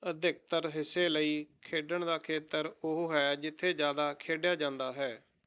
ਅਧਿਕਤਰ ਹਿੱਸੇ ਲਈ ਖੇਡਣ ਦਾ ਖੇਤਰ ਉਹ ਹੈ ਜਿੱਥੇ ਜ਼ਿਆਦਾ ਖੇਡਿਆ ਜਾਂਦਾ ਹੈ